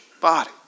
body